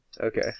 okay